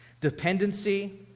dependency